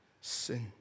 sin